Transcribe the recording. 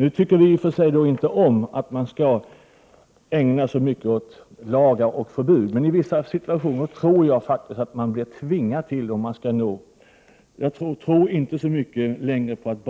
Vi tycker i och för sig inte om att man skall ägna sig så mycket åt lagar och förbud, men jag tror att man i vissa situationer faktiskt tvingas till det för att nå resultat. Jag tror inte längre så mycket